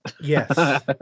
Yes